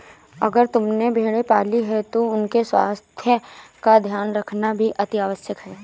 अगर तुमने भेड़ें पाली हैं तो उनके स्वास्थ्य का ध्यान रखना भी अतिआवश्यक है